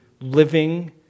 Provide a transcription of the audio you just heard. living